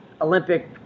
Olympic